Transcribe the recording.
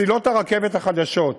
מסילות הרכבת החדשות,